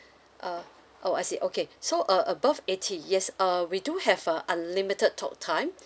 uh oh I see okay so uh above eighty yes uh we do have a unlimited talk time